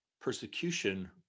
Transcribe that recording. persecution